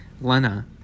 Lena